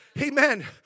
amen